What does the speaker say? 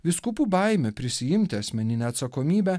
vyskupų baimė prisiimti asmeninę atsakomybę